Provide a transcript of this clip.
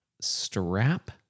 strap